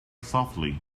softly